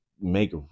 make